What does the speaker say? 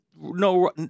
no